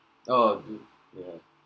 oh yeah